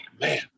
man